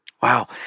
Wow